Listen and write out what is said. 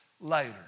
later